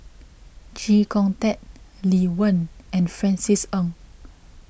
Chee Kong Tet Lee Wen and Francis Ng